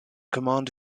command